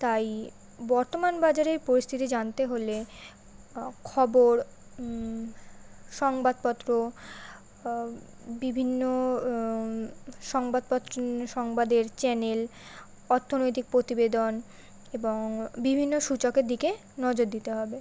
তাই বর্তমান বাজারের পরিস্থিতি জানতে হলে খবর সংবাদপত্র বিভিন্ন সংবাদপত্র সংবাদের চ্যানেল অর্থনৈতিক প্রতিবেদন এবং বিভিন্ন সূচকের দিকে নজর দিতে হবে